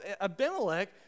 Abimelech